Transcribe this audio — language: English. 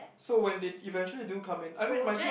so when they eventually do come in I mean my dad